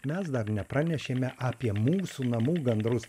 mes dar nepranešėme apie mūsų namų gandrus